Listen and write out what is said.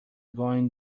going